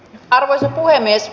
arvoisa puhemies